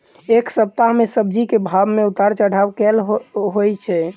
एक सप्ताह मे सब्जी केँ भाव मे उतार चढ़ाब केल होइ छै?